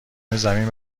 زمین